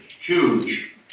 huge